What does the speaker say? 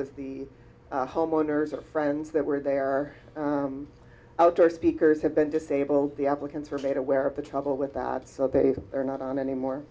was the homeowners or friends that were there out or speakers have been disabled the applicants were made aware of the trouble with that so they are not on anymore